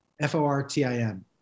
F-O-R-T-I-N